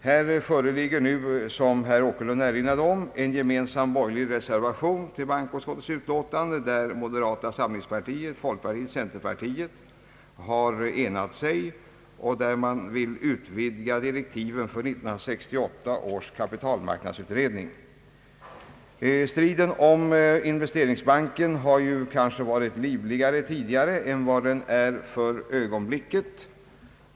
Här föreligger nu, som herr Åkerlund erinrade om, en gemensam borgerlig reservation till bankoutskottets utlåtande, där moderata samlingspartiet, folkpartiet och centerpartiet har enat sig, och där man vill utvidga direktiven för 1968 års kapitalmarknadsutredning. Striden om Investeringsbanken har kanske varit livligare tidigare än vad den för ögonblicket är.